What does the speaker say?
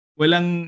walang